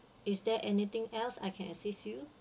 is there anything else I can assist you